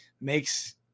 makes